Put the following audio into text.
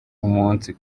umunsi